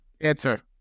Answer